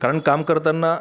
कारण काम करताना